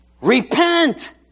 repent